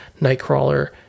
Nightcrawler